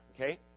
Okay